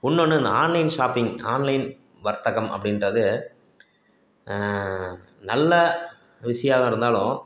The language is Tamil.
இன்னொன்று இந்த ஆன்லைன் ஷாப்பிங் ஆன்லைன் வர்த்தகம் அப்படின்றது நல்ல விஷயாக இருந்தாலும்